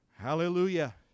Hallelujah